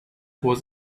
was